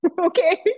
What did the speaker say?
Okay